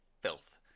filth